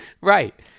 Right